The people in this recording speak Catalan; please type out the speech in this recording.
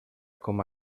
com